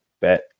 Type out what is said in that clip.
Bet